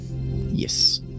Yes